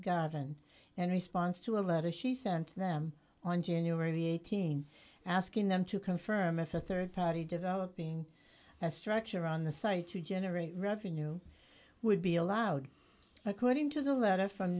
garden and response to a letter she sent them on january th asking them to confirm if a rd party developing a structure on the site to generate revenue would be allowed according to the letter from